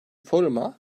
foruma